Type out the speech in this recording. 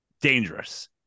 dangerous